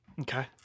Okay